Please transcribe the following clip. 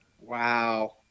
Wow